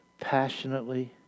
Passionately